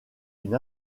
une